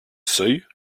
seuil